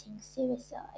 suicide